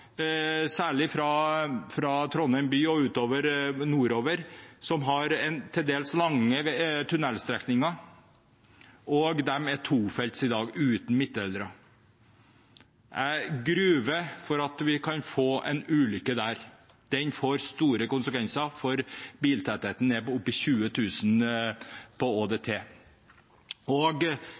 særlig fra Trondheim by og nordover, som har til dels lange tunnelstrekninger, og de er tofelts uten midtdelere i dag. Jeg frykter at vi kan få en ulykke der. Den vil få store konsekvenser, for biltettheten er på opp mot 20 000 ÅDT.